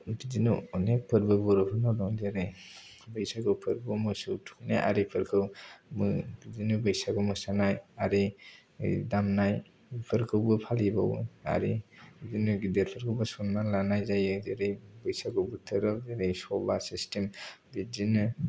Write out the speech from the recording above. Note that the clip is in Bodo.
बिदिनो अनेखफोरबो बर'फोरनाव दं बैसागु फोरबो मोसौ थुखैनाय आरिफोराखौ बिदिनो बैसागु मोसानाय आरि दामनायफोरखौबा फालिबावो आरो बिदिनो गिदिरफोरखौ सनमान लानाय जायो बैसागु बोथोराव जेरै सबा सिसटिम बिदिनो